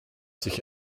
sich